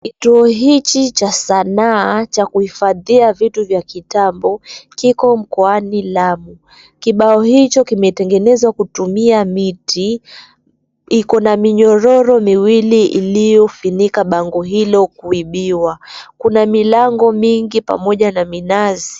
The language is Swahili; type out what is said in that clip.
Kituo hiki cha sanaa cha kuhifadhia vitu vya kitambo Kiko mkoani Lamu, kibao hicho kimetengenezwa kutumia miti iko na minyororo miwili iliyofinika bango hilo kuibiwa, kuna milango mingi pamoja na minazi.